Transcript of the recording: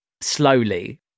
slowly